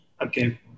Okay